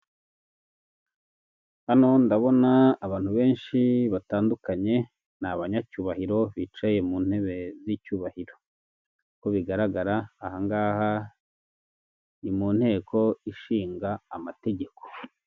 Hano ndabona abantu benshi batandukanye ni abanyacyubahiro bicaye mu ntebe z'icyubahiro, uko bigaragara ahangaha ni mu nteko ishinga amategeko.